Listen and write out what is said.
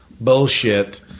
bullshit